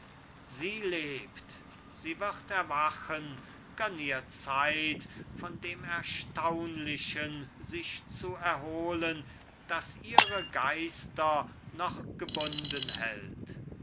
sie lebt sie wird erwachen gönn ihr zeit von dem erstaunlichen sich zu erholen das ihre geister noch gebunden hält